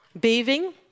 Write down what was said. bathing